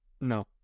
no